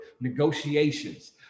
negotiations